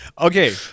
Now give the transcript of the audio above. okay